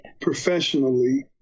professionally